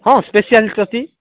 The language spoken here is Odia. ହଁ ସ୍ପେଶିଆଲିଷ୍ଟ୍ ଅଛି